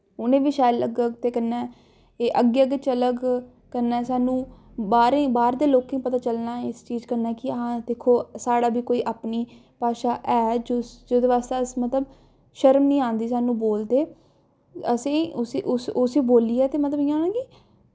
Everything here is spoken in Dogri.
उ'नें बी शैल लग्गग ते कन्नै एह् अग्गै अग्गै चलग कन्नै सानूं बाह्र दे लोकें गी पता चलना ऐ इस चीज कन्नै कि हां दिक्खो साढ़ै बी कोई अपनी भाशा ऐ जेह्दे बास्तै अस मतलब शर्म निं आंदी सानूं बोलदे असें गी उस उस्सी बोलियै मतलब इ'यां कि